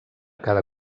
cada